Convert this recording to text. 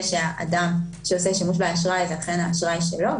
שהאדם שעושה שימוש באשראי אכן האשראי שלו.